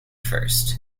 first